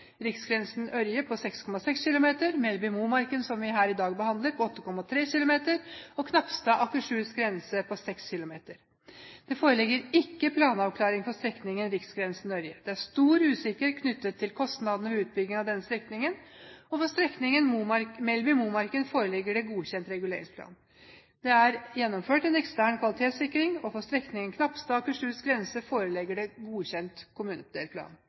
tre delstrekninger: Riksgrensen–Ørje 6,6 km Melleby–Momarken, som vi behandler her i dag, 8,3 km Knapstad–Akershus grense 6,0 km Det foreligger ikke planavklaring for strekningen Riksgrensen–Ørje. Det er stor usikkerhet til kostnadene ved utbygging av denne strekningen. For strekningen Melleby–Momarken foreligger det godkjent reguleringsplan. Det er gjennomført en ekstern kvalitetssikring. For strekningen Knapstad–Akershus grense foreligger det godkjent kommunedelplan.